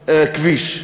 מהכביש.